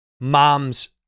mom's